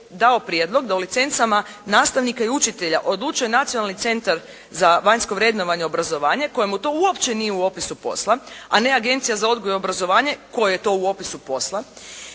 dao prijedlog da u licencama nastavnika i učitelja odluče Nacionalni centar za vanjsko vrednovanje obrazovanja kojemu to uopće nije u opisu posla, a ne Agencija za odgoj i obrazovanje kojoj je to u opisu posla,